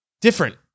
Different